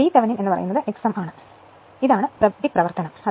ഈ ഭാഗം അവിടെ ഇല്ല മാത്രമല്ല ഈ പരമ്പരാ ഭാഗം ഞാൻ മാത്രമേ പരിഗണിക്കുന്നുള്ളൂ